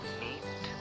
meet